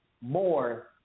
more